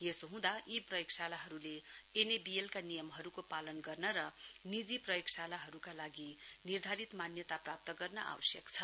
यसो हँदा यी प्रयोगशालाहरूले एनएबीएलका नियमहरूको पालन गर्न र निजी प्रयोगशालाहरूका लागि निर्धारित मान्यता प्राप्त गर्न आवश्यक छ